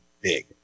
big